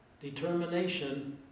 determination